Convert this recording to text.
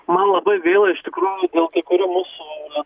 man labai gaila iš tikrųjų dėl kai kurių mūsų